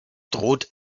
droht